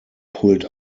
pulled